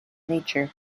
nature